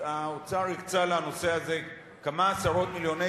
האוצר הקצה לנושא הזה כמה עשרות מיליוני